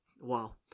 Wow